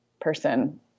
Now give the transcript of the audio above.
person